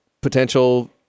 potential